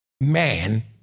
man